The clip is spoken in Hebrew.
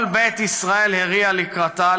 כל בית ישראל הריע לקראתה,